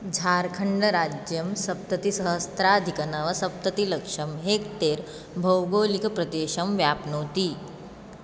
झार्खण्ड् राज्यं सप्ततिसहस्त्राधिकनवसप्ततिलक्षं हेक्टेर् भौगोलिकप्रदेशं व्याप्नोति